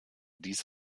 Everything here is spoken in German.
dies